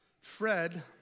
fred